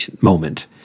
moment